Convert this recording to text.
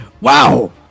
Wow